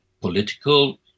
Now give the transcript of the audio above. political